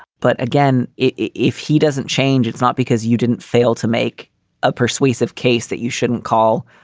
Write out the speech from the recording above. but again, if he doesn't change, it's not because you didn't fail to make a persuasive case that you shouldn't call.